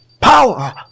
power